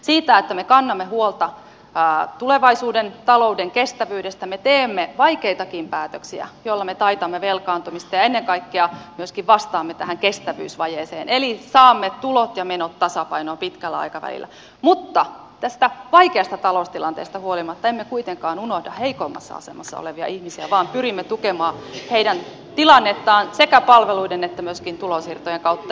siitä että me kannamme huolta tulevaisuuden talouden kestävyydestä me teemme vaikeitakin päätöksiä joilla me taitamme velkaantumista ja ennen kaikkea vastaamme myöskin tähän kestävyysvajeeseen eli saamme tulot ja menot tasapainoon pitkällä aikavälillä mutta tästä vaikeasta taloustilanteesta huolimatta emme kuitenkaan unohda heikoimmassa asemassa olevia ihmisiä vaan pyrimme tukemaan heidän tilannettaan sekä palveluiden että myöskin tulonsiirtojen kautta